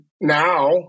now